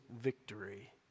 victory